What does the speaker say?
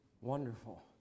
wonderful